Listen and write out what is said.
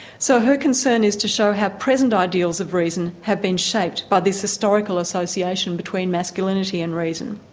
so her concern is to show how present ideals of reason have been shaped by this historical association between masculinity and reason.